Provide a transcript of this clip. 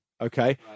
Okay